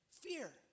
Fear